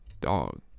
dog